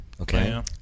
Okay